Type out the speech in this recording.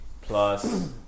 plus